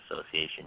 association